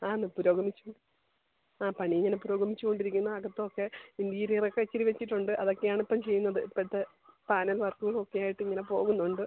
ആന്ന് പുരോഗമിച്ചു ആ പണി ഇങ്ങനെ പുരോഗമിച്ച് കൊണ്ടിരിക്കുന്നു അകത്ത് ഒക്കെ ഇൻറ്റീരിയർ ഒക്കെ ഇച്ചിരി വെച്ചിട്ടുണ്ട് അതൊക്കെയാണിപ്പം ചെയ്യുന്നത് ഇപ്പത്തെ പാനൽ വർക്കും ഒക്കെയായിട്ട് ഇങ്ങനെ പോകുന്നുണ്ട്